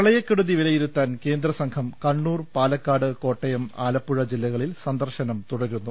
പ്രളയക്കെടുതി വിലയിരുത്താൻ കേന്ദ്രസംഘം കണ്ണൂർ പാലക്കാട് കോട്ടയം ആലപ്പുഴ ജില്ലകളിൽ സന്ദർശനം തുടരുന്നു